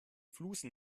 flusen